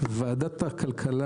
צביקה האוזר בבקשה.